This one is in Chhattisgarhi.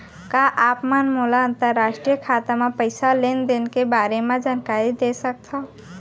का आप मन मोला अंतरराष्ट्रीय खाता म पइसा लेन देन के बारे म जानकारी दे सकथव?